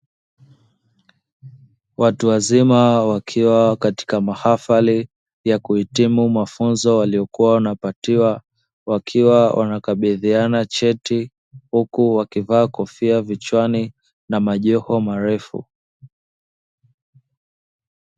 Watu wazima wakiwa katika mahafali ya kuhitimu mafunzo waliyokuwa wanapatiwa wakiwa wanakabidhiana cheti, huku wakivaa kofia kichwani na majoho marefu.